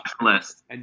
list